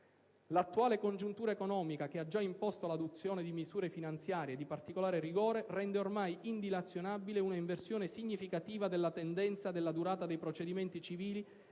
L'attuale congiuntura economica - che ha già imposto l'adozione di misure finanziarie di particolare rigore - rende ormai indilazionabile un'inversione significativa della tendenza all'aumento della durata dei procedimenti civili,